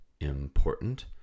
important